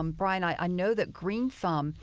um brian, i i know that green thumb